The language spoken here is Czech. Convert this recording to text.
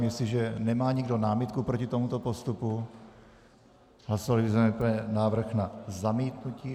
Jestliže nemá nikdo námitku proti tomuto postupu..., hlasovali bychom nejprve návrh na zamítnutí.